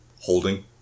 holding